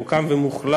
או קם ומוחלף,